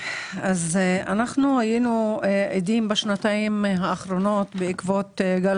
אנחנו היינו עדים בשנתיים האחרונות בעקבות גל